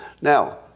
now